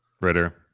Ritter